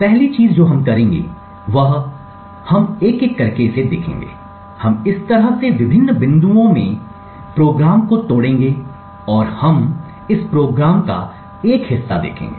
पहली चीज़ जो हम करेंगे हम एक एक करके इसे देखेंगे हम इस तरह से विभिन्न बिंदुओं में कार्यक्रम को तोड़ेंगे और हम इस कार्यक्रम का एक हिस्सा देखेंगे